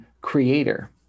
creator